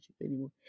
anymore